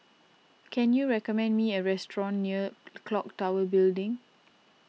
can you recommend me a restaurant near Clock Tower Building